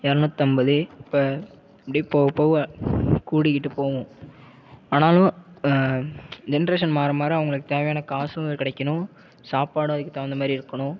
எரநூற்றைம்பது இப்போ இப்படியே போக போக கூடிக்கிட்டு போகும் ஆனாலும் ஜென்ட்ரேஷன் மாற மாற அவங்களுக்கு தேவையான காசும் கிடைக்கணும் சாப்பாடும் அதுக்கு தகுந்த மாதிரி இருக்கணும்